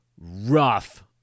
rough